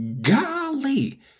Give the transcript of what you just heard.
Golly